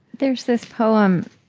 there's this poem,